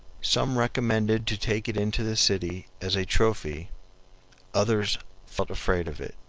some recommended to take it into the city as a trophy others felt afraid of it.